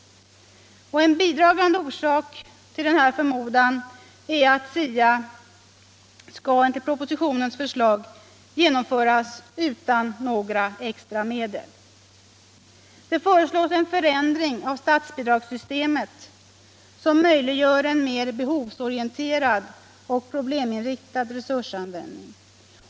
En bidragande orsak till denna förmodan är att SIA enligt propositionens förslag skall genomföras utan några extra medel. Det föreslås en förändring av statsbidragssystemet som möjliggör en mer behovsorienterad och probleminriktad resursanvändning.